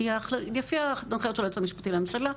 לפי ההנחיות של היועץ המשפטי לממשלה,